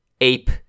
ape